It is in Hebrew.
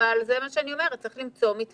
זה מה שאני אומרת, צריך למצוא מתווה.